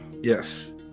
yes